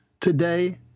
today